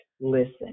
listen